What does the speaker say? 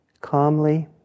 calmly